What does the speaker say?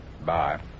Bye